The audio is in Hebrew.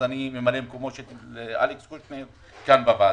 ממלא מקומו של אלכס קושניר כאן בוועדה.